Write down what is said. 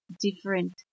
different